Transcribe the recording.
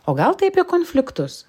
o gal tai apie konfliktus